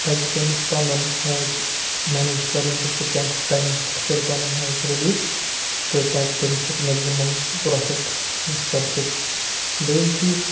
پَزِ تٔمِس پَنُن ہیچ مینیج کَرُن زِ سُہ کیٛاہ ٹایمَس پٮ۪ٹھ کَرِ پَنُن ہیچ رِلیٖز تہٕ تاکہِ تٔمِس ہٮ۪کہِ میکزِمم پرٛافِٹ سَپدِتھ دوٚیِم چیٖز